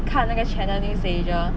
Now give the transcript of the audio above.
看那个 Channel NewsAsia